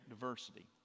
diversity